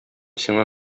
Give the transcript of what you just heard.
сиңа